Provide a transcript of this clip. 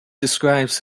describes